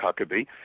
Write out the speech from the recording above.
Huckabee